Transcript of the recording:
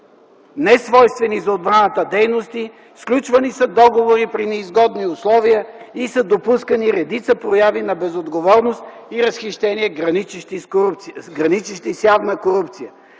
несвойствени за отбраната дейности. Сключвани са договори при неизгодни условия и са допускани редица прояви на безотговорност и разхищение, граничещи с явна корупция.